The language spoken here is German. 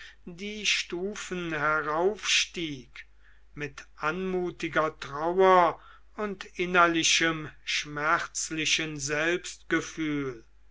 die stufen heraufstieg mit anmutiger trauer und innerlichem schmerzlichen selbstgefühl